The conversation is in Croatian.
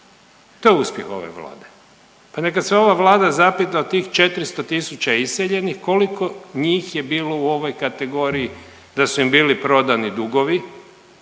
To je uspjeh ove Vlade, pa neka se ova Vlada zapita od tih 400 000 iseljenih. Koliko njih je bilo u ovoj kategoriji da su im bili prodani dugovi,